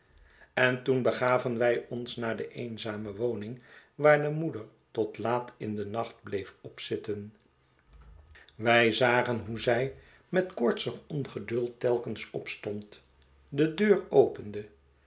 en toen begaven wij ons naar de eenzame woning waar de moeder tot iaat in den nacht bleef opzitten wij zagen hoe zij met koortsig ongeduld telkens opstond de deur opende